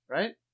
Right